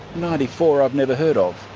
ninety four i've never heard of.